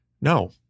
No